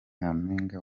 nyampinga